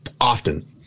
often